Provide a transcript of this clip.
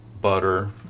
butter